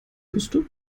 wüsste